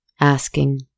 asking